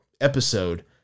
episode